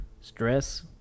stress